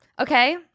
Okay